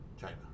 China